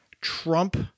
Trump